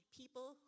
people